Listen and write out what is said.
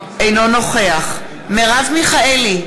אינו נוכח מרב מיכאלי,